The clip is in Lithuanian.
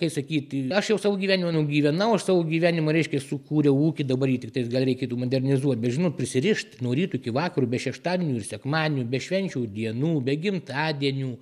kaip sakyt aš jau savo gyvenimą nugyvenau aš savo gyvenimą reiškia sukūriau ūkį dabar jį tiktais gal reikėtų modernizuot bet žinot prisirišt nuo ryto iki vakaro be šeštadienių ir sekmadienių be švenčių dienų be gimtadienių